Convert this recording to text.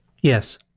Yes